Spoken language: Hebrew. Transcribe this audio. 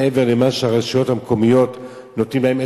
מעבר למה שהרשויות המקומיות נותנות להם,